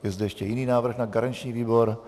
Je zde ještě jiný návrh na garanční výbor?